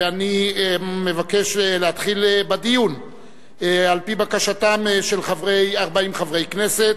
ואני מבקש להתחיל בדיון על-פי בקשתם של 40 חברי כנסת,